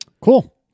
Cool